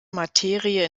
materie